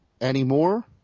Anymore